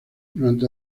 durante